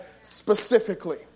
specifically